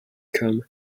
come